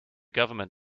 government